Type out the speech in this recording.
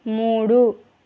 మూడు